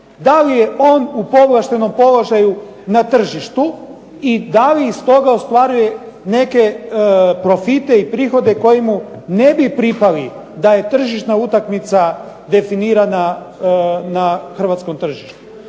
Da li je on u povlaštenom položaju na tržištu i da li iz toga ostvaruje neke profite i prihode koji mu ne bi pripali da je tržišna utakmica definirana na hrvatskom tržištu.